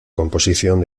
composición